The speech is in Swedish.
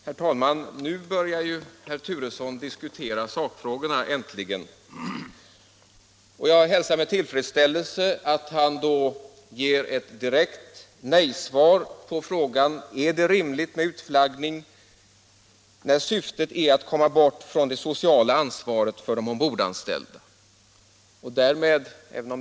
Herr talman! Nu börjar herr Turesson äntligen diskutera sakfrågorna. Jag hälsar med tillfredsställelse att han då ger ett direkt nejsvar på frågan om det är rimligt med utflaggning när syftet är att komma bort från det sociala ansvaret för de ombordanställda.